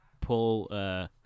Pull